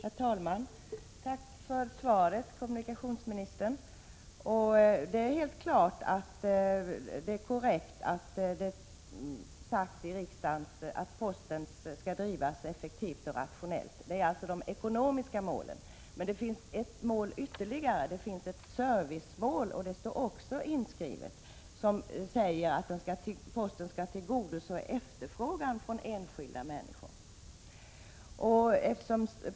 Herr talman! Tack för svaret, kommunikationsministern. Det är korrekt att riksdagen uttalat att posten skall drivas effektivt och rationellt. Det är de ekonomiska målen. Men det finns ytterligare ett mål, nämligen servicemålet, som också står inskrivet. Där sägs att posten skall tillgodose efterfrågan från enskilda människor.